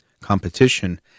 competition